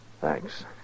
Thanks